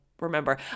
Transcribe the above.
remember